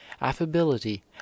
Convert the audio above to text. affability